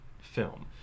film